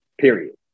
period